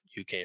UK